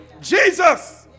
Jesus